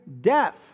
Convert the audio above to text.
death